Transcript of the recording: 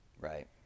Right